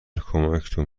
کمکتون